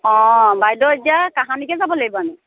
অ বাইদেউ এতিয়া কাহানিকৈ যাব লাগিব আমি